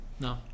No